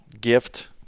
gift